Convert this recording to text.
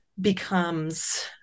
becomes